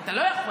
אתה לא יכול.